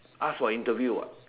ask for interview what